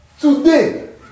Today